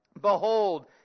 Behold